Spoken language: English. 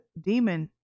demon